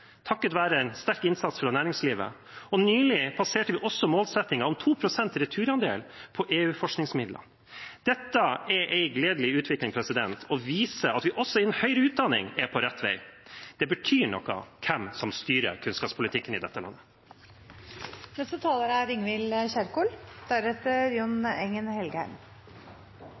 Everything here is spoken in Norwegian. takket være sterk innsats fra næringslivet, og nylig passerte vi også målsettingen om 2 pst. returandel på EU-forskningsmidler. Dette er en gledelig utvikling og viser at vi også innen høyere utdanning er på rett vei. Hvem som styrer kunnskapspolitikken i dette landet, betyr noe. Et statsbudsjett i Norge må ha som hovedmål å sikre god helse og livskvalitet til alle. Sterke fellesskap er